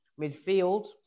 midfield